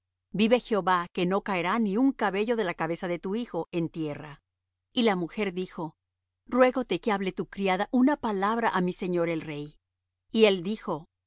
vive jehová que no caerá ni un cabello de la cabeza de tu hijo en tierra y la mujer dijo ruégote que hable tu criada una palabra á mi señor el rey y él dijo